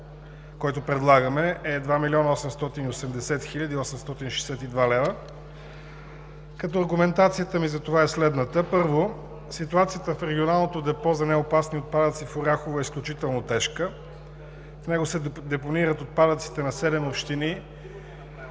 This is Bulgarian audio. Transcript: който предлагаме, е 2 млн. 880 хил. 862 лв., като аргументацията ми за това е следната: Първо, ситуацията в регионалното депо за неопасни отпадъци в Оряхово е изключително тежка. В него се депонират отпадъците на седем общини